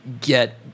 get